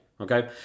Okay